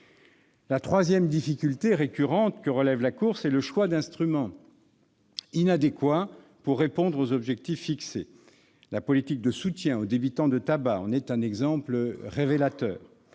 La troisième difficulté récurrente que relève la Cour, c'est le choix d'instruments inadéquats pour répondre aux objectifs fixés. La politique de soutien aux débitants de tabac en est un exemple révélateur.